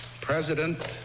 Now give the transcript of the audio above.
President